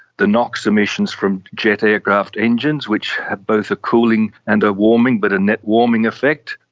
the nox emissions from jet aircraft engines which have both a cooling and a warming but a net warming effect,